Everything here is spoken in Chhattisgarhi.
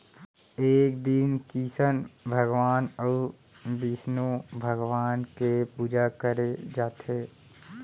ए दिन किसन भगवान अउ बिस्नु भगवान के पूजा करे जाथे